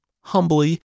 humbly